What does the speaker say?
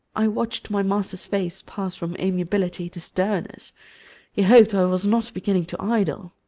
i watched my master's face pass from amiability to sternness he hoped i was not beginning to idle.